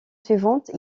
suivante